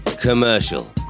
commercial